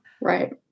Right